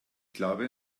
glaube